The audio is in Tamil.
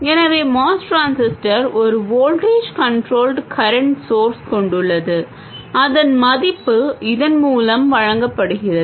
எனவே MOS டிரான்சிஸ்டர் ஒரு வோல்டேஜ் கன்ட்ரோல்டு கரண்ட் ஸோர்ஸ் கொண்டுள்ளது அதன் மதிப்பு இதன் மூலம் வழங்கப்படுகிறது